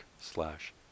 slash